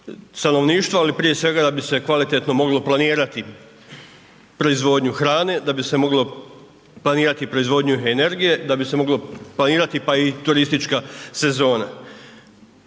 ali prije svega da bi se kvalitetno moglo planirati proizvodnju hrane, da bi se moglo planirati proizvodnju energije, da bi se moglo planirati pa i turistička sezona.